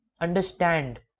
understand